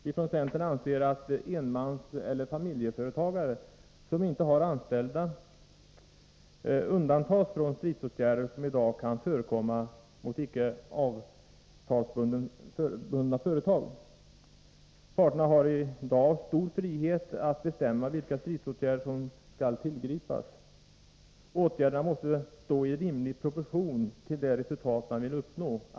Vi från centern anser att enmanseller familjeföretagare som inte har anställda bör undantas från stridsåtgärder, som i dag kan förekomma mot icke avtalsbundna företag. Parterna har i dag stor frihet att bestämma vilka stridsåtgärder som skall tillgripas. Men åtgärderna måste ju stå i rimlig proportion till det resultat man vill uppnå.